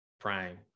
prime